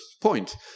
point